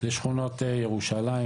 לשכונות ירושלים,